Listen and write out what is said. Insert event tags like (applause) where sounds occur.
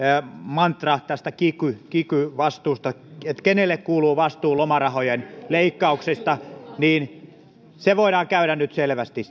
mantra tästä kiky kiky vastuusta ja siitä kenelle kuuluu vastuu lomarahojen leikkauksista se asia voidaan käydä nyt selvästi (unintelligible)